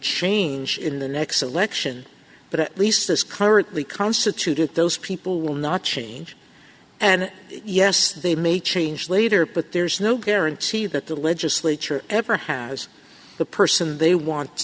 change in the next election but at least as currently constituted those people will not change and yes they may changed later but there's no guarantee that the legislature ever has the person they want